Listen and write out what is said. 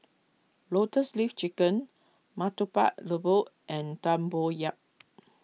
Lotus Leaf Chicken Murtabak Lembu and Tempoyak